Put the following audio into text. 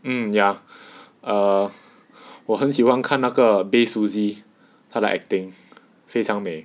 mm ya err 我很喜欢看那个 bae suzy 他的 acting 非常美